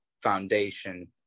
foundation